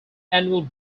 annual